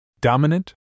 Dominant